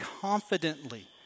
confidently